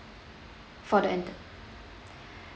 for the end